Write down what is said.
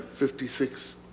56